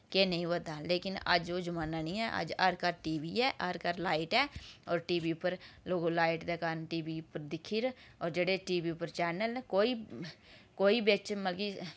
केह् नेईं होआ दा लेकिन अज ओह् जमाना निं ऐ अज्ज हर घर टीवी ऐ हर घर लाईट ऐ और टीवी उप्पर लोग लाईट दे कारन टीवी पर दिक्खी र और जेह्ड़े टीवी पर चैन्नल न कोई कोेई बिच मतलब कि